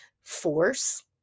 force